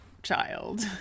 child